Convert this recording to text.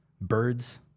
birds